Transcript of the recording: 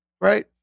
right